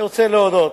אני רוצה להודות